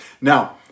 Now